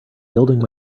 building